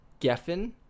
Geffen